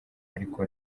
ariko